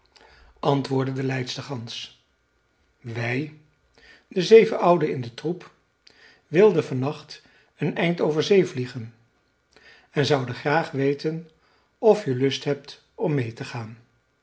antwoordde de leidstergans wij de zeven ouden in den troep wilden van nacht een eind over zee vliegen en zouden graag weten of je lust hebt om meê te gaan